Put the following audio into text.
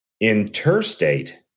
interstate